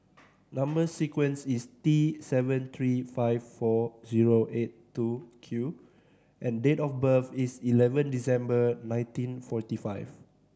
number sequence is T seven three five four zero eight two Q and date of birth is eleven December nineteen forty five